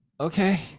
okay